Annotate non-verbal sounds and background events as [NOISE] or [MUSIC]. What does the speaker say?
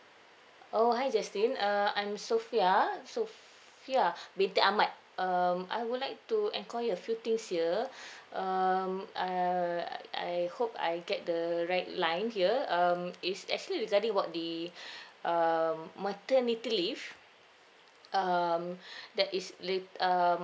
oh hi justin uh I'm sofia sofia binti ahmad um I would like to enquire a few things here [BREATH] um uh I hope I get the right line here um it's actually regarding work the [BREATH] um maternity leave um [BREATH] that is lit~ um